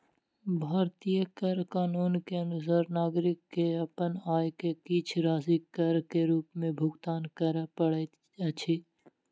भारतीय कर कानून के अनुसार नागरिक के अपन आय के किछ राशि कर के रूप में भुगतान करअ पड़ैत अछि